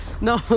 No